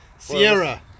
Sierra